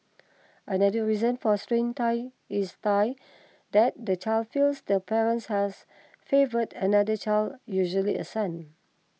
another reason for strained ties is tie that the child feels the parent has favoured another child usually a son